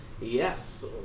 Yes